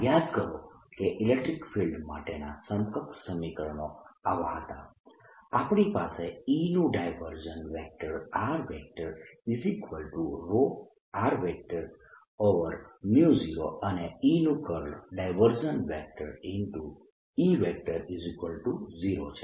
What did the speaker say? યાદ કરો કે ઇલેક્ટ્રીક ફિલ્ડ માટેના સમકક્ષ સમીકરણો આવા હતા આપણી પાસે E નું ડાયવર્જન્સ E0 અને E નું કર્લ E0 છે